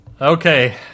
Okay